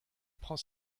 prend